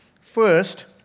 First